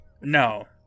No